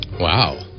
Wow